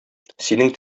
синең